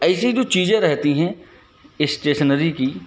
ऐसी जो चीज़ें रहती हैं स्टेशनरी की